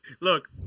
Look